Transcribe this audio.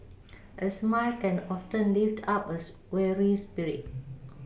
a smile can often lift up a weary spirit